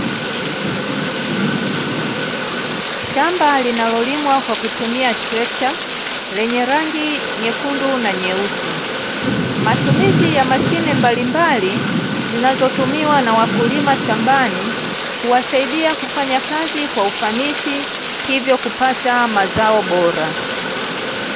Shamba linalolimwa kwa kutumia trekta lenye rangi nyekundu na nyeusi. Matumizi ya mashine mbalimbali zinazotumiwa na wakulima shambani, huwasaidia kufanya kazi kwa ufanisi, hivyo kupata mazao bora.